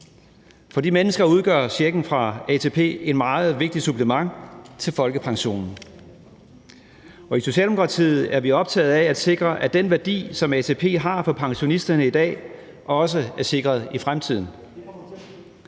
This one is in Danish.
For de mennesker udgør checken fra ATP et meget vigtigt supplement til folkepensionen. I Socialdemokratiet er vi optaget af at sikre, at den værdi, som ATP har for pensionisterne i dag, også er sikret i fremtiden.